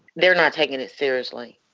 they're not takin' it seriously.